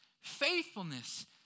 faithfulness